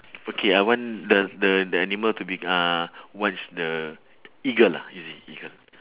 okay I want the the the animal to bec~ uh what's the eagle ah is it eagle